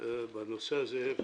בנושא הזה,